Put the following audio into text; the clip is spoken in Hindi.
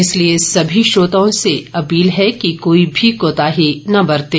इसलिए सभी श्रोताओं से अपील है कि कोई भी कोताही न बरतें